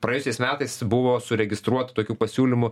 praėjusiais metais buvo suregistruota tokių pasiūlymų